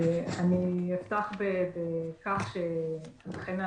אני אפתח בכך שאכן,